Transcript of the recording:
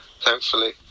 thankfully